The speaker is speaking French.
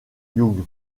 young